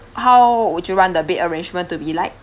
how would you want the bed arrangement to be like